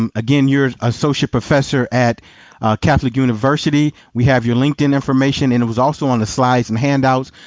um again, your associate professor at catholic university. we have your linkedin information, and it was also on the slides and handouts.